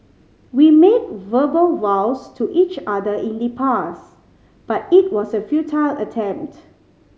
we made verbal vows to each other in the past but it was a futile attempt